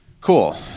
Cool